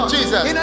Jesus